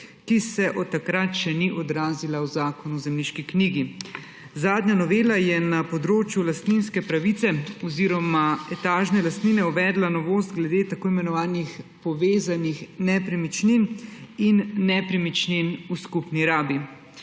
ki se od takrat še ni odrazila v Zakonu o zemljiški knjigi. Zadnja novela je na področju lastninske pravice oziroma etažne lastnine uvedla novost glede tako imenovanih povezanih nepremičnin in nepremičnin v skupni rabi,